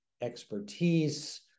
expertise